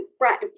Right